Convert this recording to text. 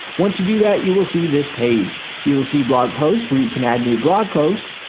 once you do that you will see this page. you will see blog posts where you can add new blog posts.